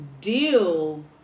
deal